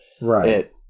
Right